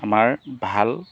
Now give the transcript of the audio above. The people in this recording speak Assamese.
আমাৰ ভাল